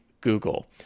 Google